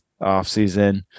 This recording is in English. offseason